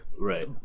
Right